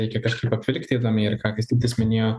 reikia kažkaip apvilkti įdomiai ir ką kastytis minėjo